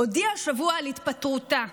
הודיעה השבוע על התפטרותה.